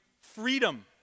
freedom